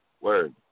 Word